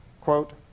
quote